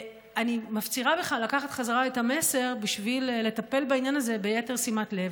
אני מפצירה בך לקחת חזרה את המסר בשביל לטפל בעניין הזה ביתר שימת לב.